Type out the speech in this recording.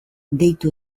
deitu